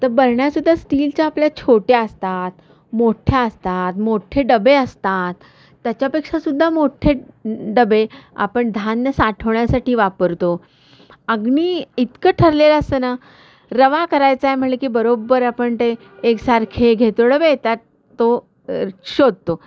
तर बरण्यासुद्धा स्टीलच्या आपल्या छोट्या असतात मोठ्ठ्या असतात मोठ्ठे डबे असतात त्याच्यापेक्षासुद्धा मोठ्ठे डबे आपण धान्य साठवण्यासाठी वापरतो अगदी इतकं ठरलेलं असतं नां रवा करायचा आहे म्हणलं की बरोबर आपण ते एकसारखे घेतो डबे त्यात तो शोधतो